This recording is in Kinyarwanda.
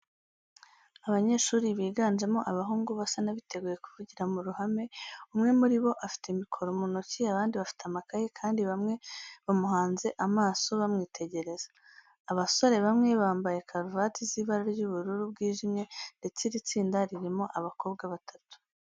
Abanyeshuri biganjemo abahungu basa n'abiteguye kuvugira mu ruhame, umwe muri bo afike mikoro mu ntoki, abandi bafite amakaye kandi bamwe bamuhanze amaso bamwitegereza. Abasore bamwe bamabye karuvati z'ibara ry'ubururu bwijime ndetse iri tsinda ririmo abakobwa batatu.